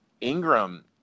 Ingram